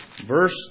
verse